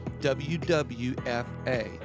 WWFA